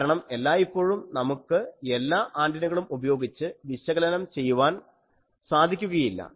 കാരണം എല്ലായിപ്പോഴും നമുക്ക് എല്ലാ ആൻറിനകളും ഉപയോഗിച്ച് വിശകലനം ചെയ്യുവാൻ സാധിക്കുകയില്ല